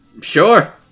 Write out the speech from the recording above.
sure